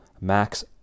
Max